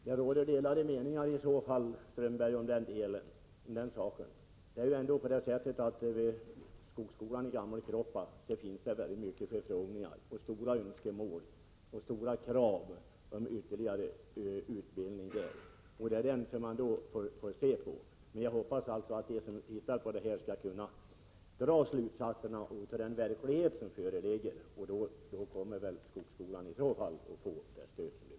Fru talman! Det råder, Håkan Strömberg, delade meningar om den saken. Till skogsskolan i Gammelkroppa kommer det många förfrågningar, och det finns stora krav på ytterligare utbildning. Det är detta som man får se på. Jag hoppas alltså att de som behandlar den här frågan skall kunna ta hänsyn till verkligheten. Då kommer väl skogsskolan också att få det stöd som den vill ha.